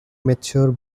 mature